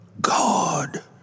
God